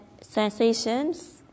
sensations